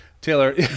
taylor